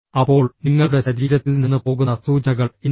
അപ്പോൾ നിങ്ങളുടെ ശരീരത്തിൽ നിന്ന് പോകുന്ന സൂചനകൾ എന്തായിരുന്നു